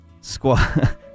squad